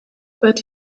but